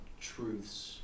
truths